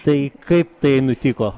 tai kaip tai nutiko